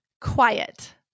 quiet